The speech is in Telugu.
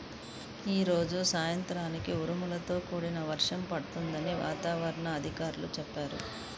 యీ రోజు సాయంత్రానికి ఉరుములతో కూడిన వర్షం పడుతుందని వాతావరణ అధికారులు చెప్పారు